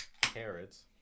carrots